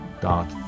dot